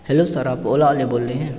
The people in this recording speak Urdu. ہیلو سر آپ اولا والے بول رہے ہیں